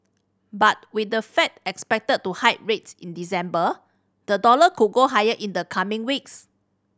but with the Fed expected to hike rates in December the dollar could go higher in the coming weeks